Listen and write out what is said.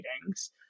meetings